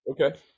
Okay